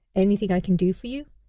anything i can do for you?